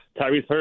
Tyrese